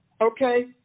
Okay